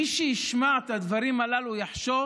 מי שישמע את הדברים הללו יחשוב